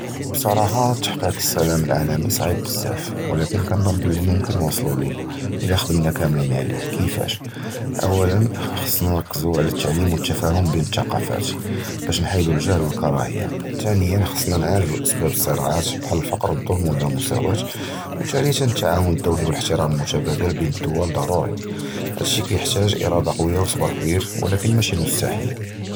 בְּסַרַחָה, תַּחְקִיק הַסָּלַאם הָעּוּלָמִי סְעִיב בְּזַבַּא, וְלָקִין כּנְצַנּ בְּלִי מֻכְנָה נְתוֹסְלוּ לִיהּ אִלָּא חָדְמְנָא כּוּלֵּנָא עָלֵיהּ, כִּיפַּאש, אוּלָא חַאס נְרַכִּזוּ עַל הַתַּלְמִיד וְהַתִּפְהּוּם בֵּין הַתַּסְּקּוּפָאט, בַּשּׁ נְחַיִּידוּ אֶת-הַגַּהַל וְהַקִּרַאה, תִּנִיָּאן חַאס נְעַלְּגוּ סִיבָּאב אֶל-סִרָאּעַאת בְּחָאל הַפֻּקְר וְהַזַּלְם וְאַל-לָא מֻסָאוַאת, וְתְּלִית חַאס הַתַּעְ'אוּן הַדּוּלִי וְהָאִחְתִרָאם הַמְּתְקַבֵּל בֵּין הַדּוֹלָה חַאצ'ִי, הַדָּא שִׁי כִּיַּתְחַתָּאג אִירָאדָה קְוִיָּה וְצַבְּר קְבִיר, וְלָקִין מַא שִּׁי מֻסְתַחִיל.